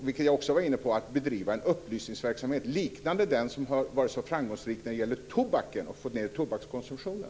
Vi har också varit inne på att bedriva en upplysningsverksamhet liknande den som har varit så framgångsrik när det har gällt att få ned tobakskonsumtionen.